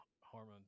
hormone